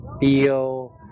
feel